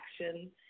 action